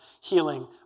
healing